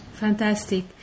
fantastic